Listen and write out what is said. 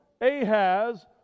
Ahaz